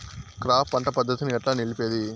Crop పంట పద్ధతిని ఎట్లా నిలిపేది?